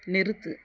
நிறுத்து